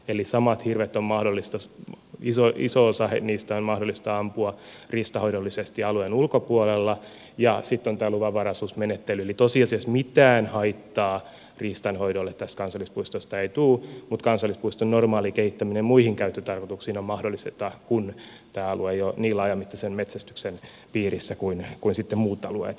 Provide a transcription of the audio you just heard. eli iso osa niistä samoista hirvistä on mahdollista sm kisa iso osa heinistään ampua riistanhoidollisesti alueen ulkopuolella ja sitten on tämä luvanvaraisuusmenettely eli tosiasiassa mitään haittaa riistanhoidolle tästä kansallispuistosta ei tule mutta kansallispuiston normaali kehittäminen muihin käyttötarkoituksiin on mahdollista kun tämä alue ei ole niin laajamittaisen metsästyksen piirissä kuin muut alueet